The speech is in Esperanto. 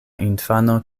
infano